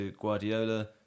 Guardiola